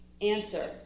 Answer